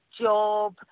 job